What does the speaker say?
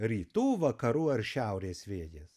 rytų vakarų ar šiaurės vėjas